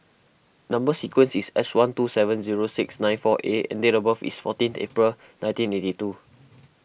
Number Sequence is S one two seven zero six nine four A and date of birth is fourteenth April nineteen eighty two